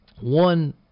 One